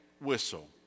whistle